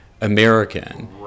American